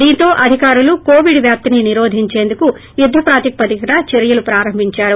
దీంతో అధికారులు కోవిడ్ వ్యాప్తిని నిరోధించేందుకు యుద్గ ప్రాతిపదికన చర్వలు ప్రారంభిందారు